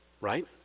Right